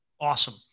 awesome